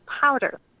powder